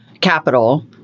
capital